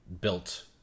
built